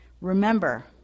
Remember